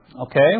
Okay